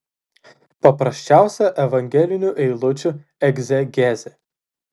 paprasčiausia evangelinių eilučių egzegezė